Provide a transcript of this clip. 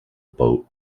boat